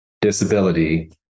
disability